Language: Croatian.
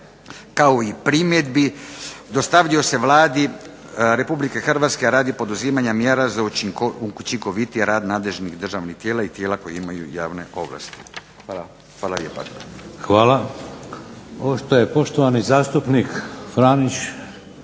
kao i primjedbi dostavljaju se Vladi RH radi poduzimanja mjera za učinkovitiji rad nadležnih državnih tijela i tijela koje imaju javne ovlasti. Hvala lijepa. **Šeks, Vladimir (HDZ)** Hvala. Ovo što je poštovani zastupnik Franić